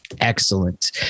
Excellent